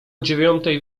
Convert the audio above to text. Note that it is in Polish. dziewiątej